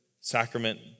sacrament